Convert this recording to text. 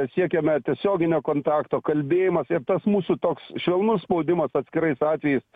siekiame tiesioginio kontakto kalbėjimas ir tas mūsų toks švelnus spaudimas atskirais atvejais